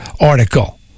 article